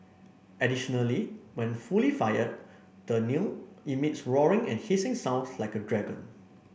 additionally when fully fired the kiln emits roaring and hissing sound like a dragon